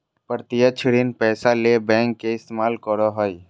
प्रत्यक्ष ऋण पैसा ले बैंक के इस्तमाल करो हइ